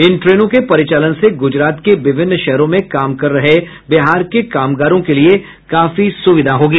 इन ट्रेनों के परिचालन से गुजरात के विभिन्न शहरो में काम कर रहे बिहार के कामगारों के लिए काफी सुविधा होगी